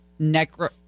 Necro